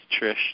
Trish